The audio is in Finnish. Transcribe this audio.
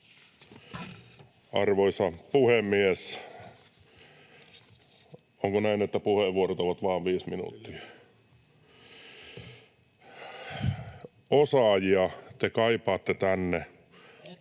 Arvoisa puhemies, onko näin, että puheenvuorot ovat vain viisi minuuttia? — Osaajia te kaipaatte tänne.